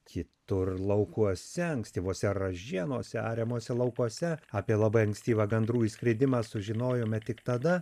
kitur laukuose ankstyvose ražienose ariamuose laukuose apie labai ankstyvą gandrų išskridimą sužinojome tik tada